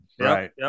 Right